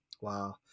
Wow